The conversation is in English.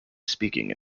speaking